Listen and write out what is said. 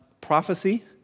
prophecy